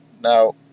Now